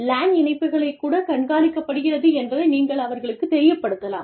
LAN இணைப்புகள் கூட கண்காணிக்கப்படுகிறது என்பதை நீங்கள் அவர்களுக்கு தெரியப்படுத்தலாம்